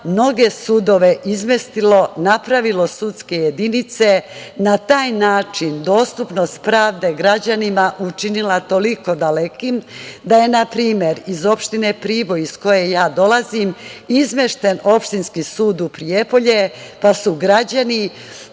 mnoge sudove izmestilo, napravilo sudske jedinice i na taj način dostupnost pravde građanima učinila toliko dalekim da je, na primer, iz opštine Priboj, iz koje ja dolazim, izmešten opštinski sud u Prijepolje, pa su građani